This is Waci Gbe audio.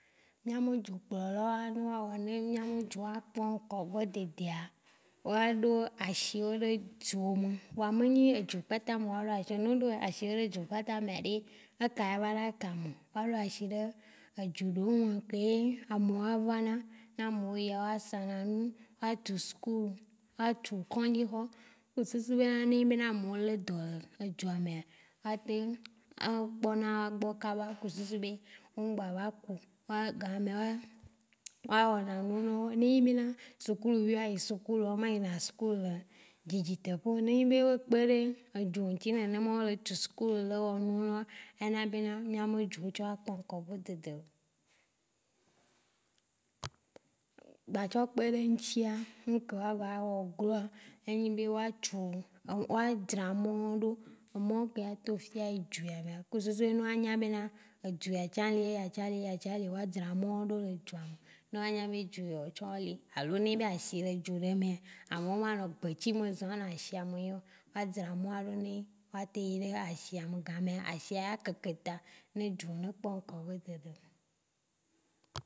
Ne mí dzu kplɔla woa ɖoa, ne wa wɔ ne ŋtsu wo ne mía ŋtsu wo a kpɔ ŋkɔ be dede ya wa ɖo ashi wo ɖe dzu me, vɔa me nyi edzu kpata me wa ɖo ashi. No o ɖo ashi le edzu kpata mea ɖe wo eka ya va ka meo? Wa ɖo ashi ɖe edzu wo me keye ame wo va na. Ne ameo yi ya o sa na nu, wa tu sukulu, w tsu kɔ̃dzi xɔme kple susu be na ne ame wo le dɔa edzua mea, wa kpɔ wa gbɔ ne ŋgba va kuo. Wa- Gamea wa- wa wɔ a nyo ne enyi be na sukulu vio a yi sukulu o me yina sukulu le dzidzi teƒe. Ne enyi be o kpeɖe edzu ŋtsi nene ma o le tsu sukulu le wɔ nu woa, a na be na mía dzodzoa a kpɔ ŋkɔ b dede lo. Gba tsɔ kpeɖe eŋtsia, ŋke wa gba wɔ gloa enyi be wa tsu- wa dzra mɔ̃ɖeo. Me ke a tso fie a yi edzua mea ku susu be wa nya be na edzua tsã le eya tsã le eya tsã le wa dzra mɔ̃ wo ɖo le edzua me, ne wa nya be dzu ya wo tsã le eme alo ne enyi be asi le dzu ɖe mea, ame wo ma nɔ gbe tsi me zɔ̃ a nɔ ashime yĩŋ. A dzra mɔ̃a ɖo wa te yi ɖe ashiame. Gamea ashia keke ta na edzuo no kpɔ ŋkɔ gbe dede.